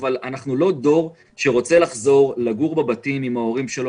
אבל אנחנו לא דור שרוצה לחזור ולגור עם ההורים שלו.